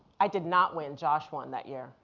i did not win, josh won that year,